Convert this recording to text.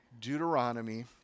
Deuteronomy